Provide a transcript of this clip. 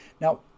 now